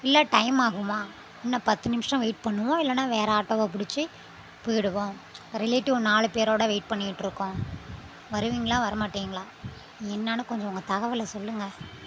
இல்லை டைம் ஆகுமா இன்னும் பத்து நிமிஷம் வெயிட் பண்ணுவோம் இல்லைனா வேறு ஆட்டோவை பிடிச்சி போயிவிடுவோம் ரிலேட்டிவ் நாலு பேரோட வெயிட் பண்ணிகிட்டு இருக்கோம் வருவீங்களா வரமாட்டிங்களா என்னன்னு கொஞ்சம் உங்கள் தகவலை சொல்லுங்கள்